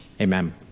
Amen